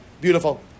beautiful